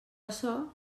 açò